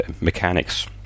mechanics